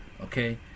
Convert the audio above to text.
okay